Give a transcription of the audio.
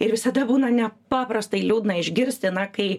ir visada būna nepaprastai liūdna išgirsti na kai